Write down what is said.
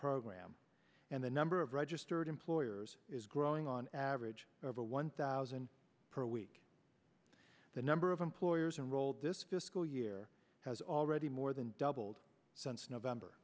program and the number of registered employers is growing on average over one thousand per week the number of employers and rolled this fiscal year has already more than doubled since november